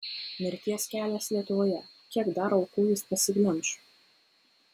mirties kelias lietuvoje kiek dar aukų jis pasiglemš